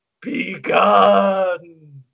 begun